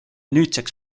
nüüdseks